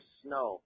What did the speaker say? snow